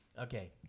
Okay